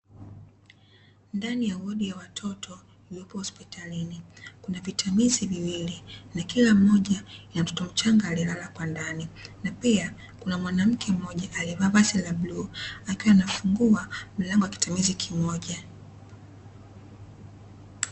Ndani ya hodi ya watoto iliyopo hospitalini kuna vitamizi viwili na kila mmoja kina mtoto mchanga alielala kwa ndani, na pia kuna mwanamke alievaa vazi la bluu akiwa anafungua mlango wa kitamizi kimoja.